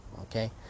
okay